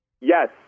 Yes